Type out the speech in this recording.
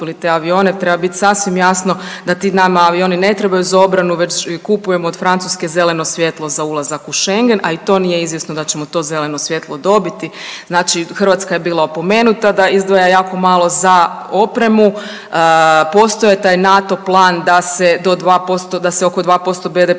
kupili te avione, treba bit sasvim jasno da ti nama avioni ne trebaju za obranu već kupujemo od Francuske zeleno svjetlo za ulazak u šengen, a i to nije izvjesno da ćemo to zeleno svjetlo dobiti. Znači Hrvatska je bila opomenuta da izdvaja jako malo za opremu, postojao je taj NATO plan da se do 2%,